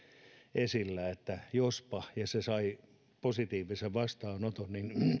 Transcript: esillä että jospa ja se sai positiivisen vastaanoton